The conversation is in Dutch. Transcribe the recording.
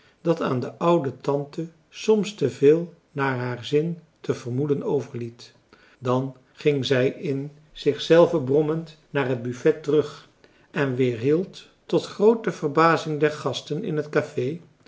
dat aan de oude tante soms te veel naar haar zin te vermoeden overliet dan ging zij in zich zelve brommend naar het buffet terug en weerhield tot groote verbazing der gasten in het café